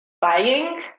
buying